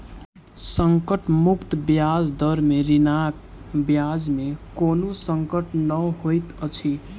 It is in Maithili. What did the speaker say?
संकट मुक्त ब्याज दर में ऋणक ब्याज में कोनो संकट नै होइत अछि